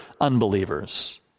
unbelievers